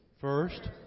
First